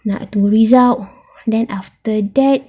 nak tunggu result then after that